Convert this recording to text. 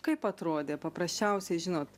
kaip atrodė paprasčiausiai žinot